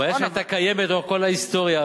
הבעיה שהיתה קיימת לאורך כל ההיסטוריה,